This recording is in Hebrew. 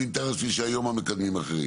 אני מתאר לעצמי שהיום המקדמים אחרים.